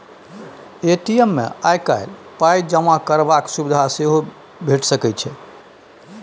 ATM मे आइ काल्हि पाइ जमा करबाक सुविधा सेहो भेटि रहल छै